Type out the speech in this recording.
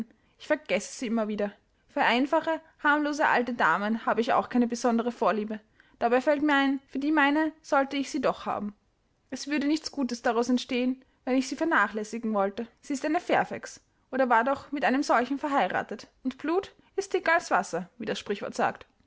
ich vergesse sie immer wieder für einfache harmlose alte damen habe ich auch keine besondere vorliebe dabei fällt mir ein für die meine sollte ich sie doch haben es würde nichts gutes daraus entstehen wenn ich sie vernachlässigen wollte sie ist eine fairfax oder war doch mit einem solchen verheiratet und blut ist dicker als wasser wie das sprichwort sagt